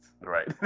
Right